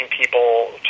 people